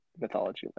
mythology